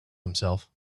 himself